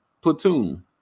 platoon